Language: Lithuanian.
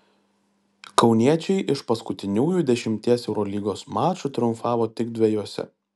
kauniečiai iš paskutinių dešimties eurolygos mačų triumfavo tik dviejuose